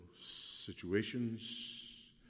situations